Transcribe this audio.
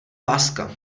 láska